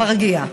מרגיע.